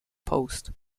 post